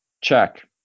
Check